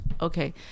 Okay